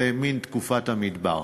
זה מין תקופת המדבר.